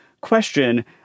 question